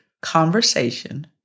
conversation